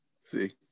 See